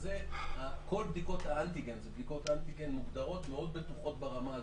כל בדיקות האנטיגן זה בדיקות אנטיגן מוגדרות מאוד בטוחות ברמה הזאת?